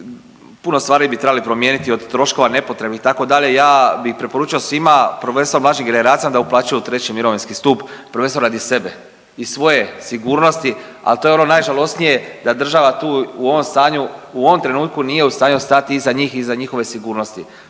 puno stvari bi trebali promijeniti od troškova nepotrebnih itd., ja bi preporučio svima prvenstveno mlađim generacijama da uplaćuju u treći mirovinski stup, prvenstveno radi sebe i svoje sigurnosti, a to je ono najžalosnije da država tu u ovom stanju u ovom trenutku nije u stanju stati iza njih i iza njihove sigurnosti.